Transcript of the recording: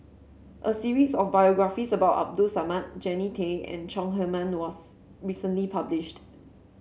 a series of biographies about Abdul Samad Jannie Tay and Chong Heman was recently published